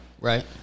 Right